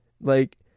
Like-